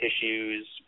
tissues